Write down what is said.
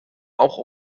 auch